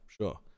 sure